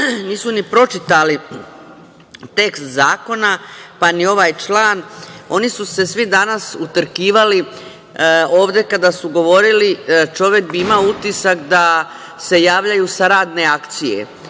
nisu ni pročitali tekst zakona, pa ni ovaj član. Oni su se svi danas utrkivali ovde kada su govorili, čovek bi imao utisak da se javljaju sa radne akcije. Mi